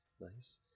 nice